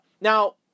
Now